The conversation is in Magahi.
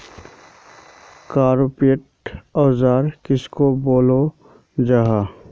कारपेंटर औजार किसोक बोलो जाहा?